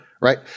right